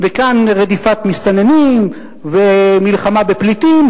וכאן רדיפת מסתננים ומלחמה בפליטים,